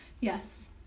yes